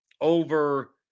over